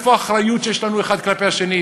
איפה האחריות שיש לנו האחד כלפי השני?